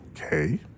okay